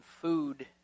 food